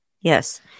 Yes